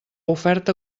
oferta